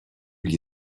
gli